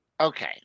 Okay